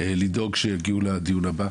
לדאוג שיגיעו לדיון הבא.